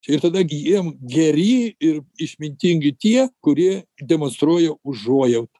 ir tada gi jiem geri ir išmintingi tie kurie demonstruoja užuojautą